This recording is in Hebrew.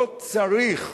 לא צריך,